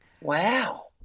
Wow